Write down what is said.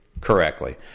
correctly